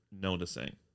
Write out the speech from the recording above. noticing